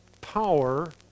power